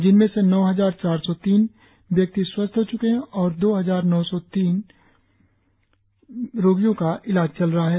जिसमें से नौ हजार चार सौ तीन व्यक्ति स्वस्थ हो च्के है और दो हजार नौ सौ चालीस रोगियों का इलाज चल रहा है